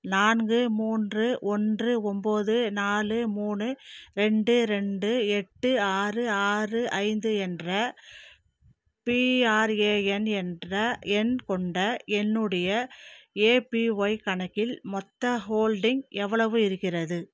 நான்கு மூன்று ஒன்று ஒம்பது நாலு மூணு ரெண்டு ரெண்டு எட்டு ஆறு ஆறு ஐந்து என்ற பிஆர்ஏஎன் என்ற எண் கொண்ட என்னுடைய ஏபிஒய் கணக்கில் மொத்த ஹோல்டிங் எவ்வளவு இருக்கிறது